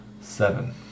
Seven